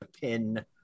pin